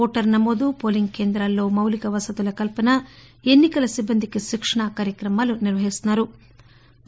voter నమోదు polling కేంద్రాల్లో మౌలిక వసతుల కల్సన ఎన్ని కల సిబ్బందికి శిక్షణ కార్యక్రమాలు నిర్వహిస్తున్నా రు